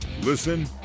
Listen